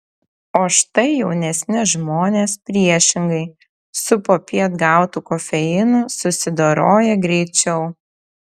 o štai jaunesni žmonės priešingai su popiet gautu kofeinu susidoroja greičiau